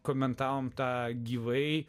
komentavome tą gyvai